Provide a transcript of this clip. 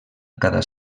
cada